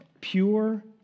pure